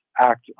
Act